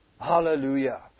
Hallelujah